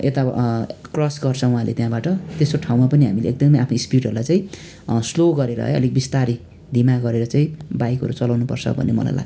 यता क्रस गर्छ उहाँहरूले त्यहाँबाट त्यस्तो ठाउँमा पनि हामीले एकदमै आफ्नो स्पिडहरूलाई चाहिँ स्लो गरेर है अलिक बिस्तारी धिमा गरेर चाहिँ बाइकहरू चलाउनु पर्छ भन्ने मलाई लाग्छ